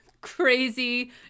crazy